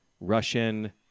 Russian